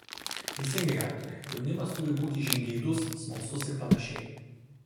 teisingai autore jaunimas turi būti žingeidus smalsus ir panašiai